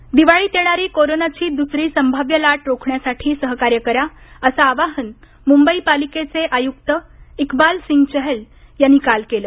चहल दिवाळीत येणारी कोरोनाची दुसरी संभाव्य लाट रोखण्यासाठी सहकार्य करा असं आवाहन मुंबई महापालिकेचे आयुक्त इकबाल सिंग चहल यांनी काल केलं